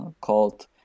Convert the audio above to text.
called